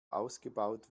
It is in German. ausgebaut